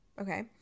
Okay